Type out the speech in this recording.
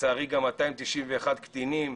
לצערי גם 291 קטינים,